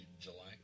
July